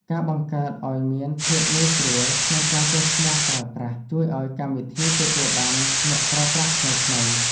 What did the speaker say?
ការបង្កើតឱ្យមានភាពងាយស្រួលក្នុងការចុះឈ្មោះប្រើប្រាស់ ជួយឱ្យកម្មវិធីទទួលបានអ្នកប្រើប្រាស់ថ្មីៗ។